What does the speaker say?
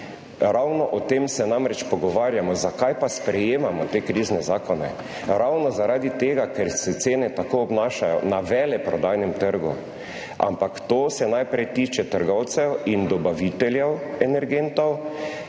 Ravno o tem se namreč pogovarjamo. Zakaj pa sprejemamo te krizne zakone? Ravno zaradi tega, ker se cene tako obnašajo na veleprodajnem trgu. Ampak to se najprej tiče trgovcev in dobaviteljev energentov,